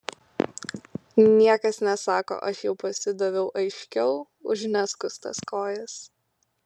niekas nesako aš jau pasidaviau aiškiau už neskustas kojas